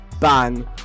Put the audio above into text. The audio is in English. bang